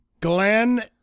Glenn